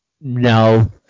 no